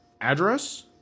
address